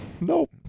nope